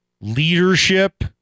leadership